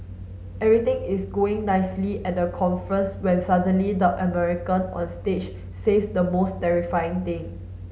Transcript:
everything is going nicely at the conference when suddenly the American on stage says the most terrifying thing